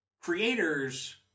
creators